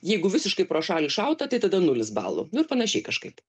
jeigu visiškai pro šalį šauta tai tada nulis balų nu ir panašiai kažkaip